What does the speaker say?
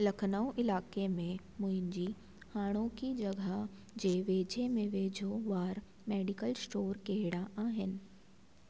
लखनऊ इलाइक़े में मुंहिंजी हाणोकी जॻहि जे वेझे में वेझो वार मेडिकल स्टोर कहिड़ा आहिनि